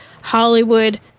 Hollywood